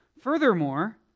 Furthermore